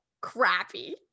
crappy